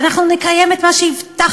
ואנחנו נקיים את מה שהבטחנו,